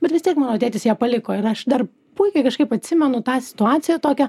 bet vis tiek mano tėtis ją paliko ir aš dar puikiai kažkaip atsimenu tą situaciją tokią